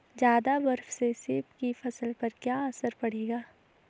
ज़्यादा बर्फ से सेब की फसल पर क्या असर पड़ेगा?